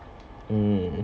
mm